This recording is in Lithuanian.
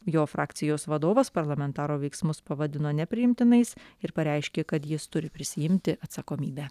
jo frakcijos vadovas parlamentaro veiksmus pavadino nepriimtinais ir pareiškė kad jis turi prisiimti atsakomybę